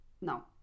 No